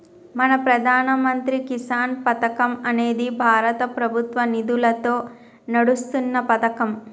మన ప్రధాన మంత్రి కిసాన్ పథకం అనేది భారత ప్రభుత్వ నిధులతో నడుస్తున్న పతకం